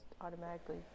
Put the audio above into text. automatically